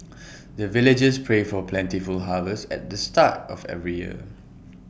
the villagers pray for plentiful harvest at the start of every year